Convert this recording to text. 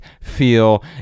feel